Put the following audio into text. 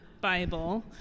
Bible